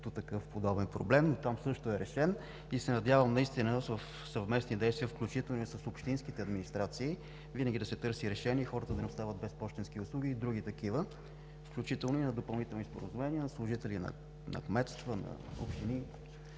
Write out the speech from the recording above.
за такъв подобен проблем. Там също е решен. Надявам се наистина със съвместни действия, включително и с общинските администрации, винаги да се търси решение и хората да не остават без пощенски и други такива услуги, включително и с допълнителни споразумения със служители на кметства, на общини.